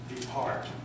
depart